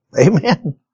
Amen